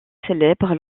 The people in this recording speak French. célèbre